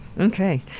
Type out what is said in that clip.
Okay